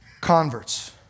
converts